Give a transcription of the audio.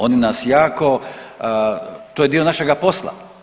Oni nas jako, to je dio našega posla.